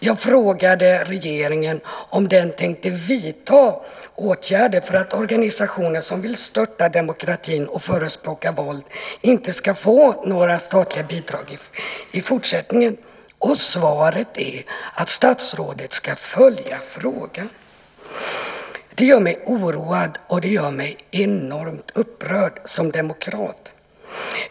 Jag frågade regeringen om den tänkte vidta åtgärder för att organisationer som vill störta demokratin och förespråkar våld inte ska få några statliga bidrag i fortsättningen, och svaret är att statsrådet ska följa frågan. Det gör mig oroad och enormt upprörd som demokrat.